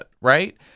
right